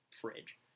fridge